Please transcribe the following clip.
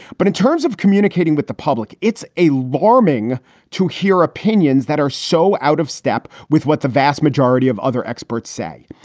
but in terms of communicating with the public, it's a la ming to hear opinions that are so out of step with what the vast majority of other experts say.